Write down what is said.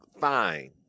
fine